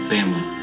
Family